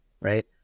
right